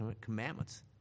commandments